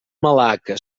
malacca